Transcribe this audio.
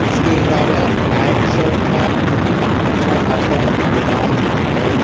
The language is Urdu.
اس کے علاوہ پینٹ شرٹ کا بھی اچھا خاصا رواج ہے